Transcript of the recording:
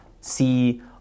see